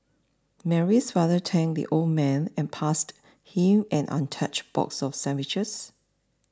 Mary's father thanked the old man and passed him an untouched box of sandwiches